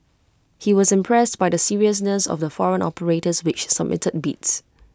he was impressed by the seriousness of the foreign operators which submitted bids